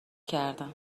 کردم